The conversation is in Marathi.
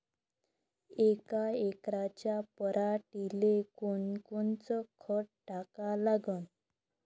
यका एकराच्या पराटीले कोनकोनचं खत टाका लागन?